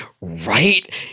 right